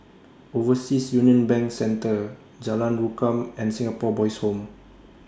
Overseas Union Bank Centre Jalan Rukam and Singapore Boys' Home